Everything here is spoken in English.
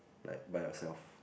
like by yourself